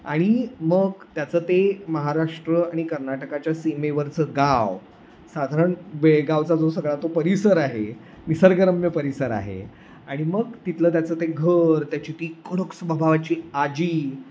आणि मग त्याचं ते महाराष्ट्र आणि कर्नाटकाच्या सीमेवरचं गाव साधारण बेळगावचा जो सगळा तो परिसर आहे निसर्गरम्य परिसर आहे आणि मग तिथलं त्याचं ते घर त्याची ती कडक स्वभावाची आजी